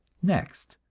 next,